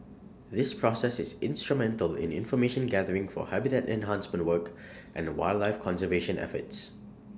this process is instrumental in information gathering for habitat enhancement work and wildlife conservation efforts